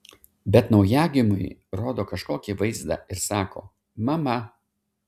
bet naujagimiui rodo kažkokį vaizdą ir sako mama